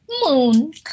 moon